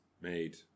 made